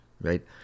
right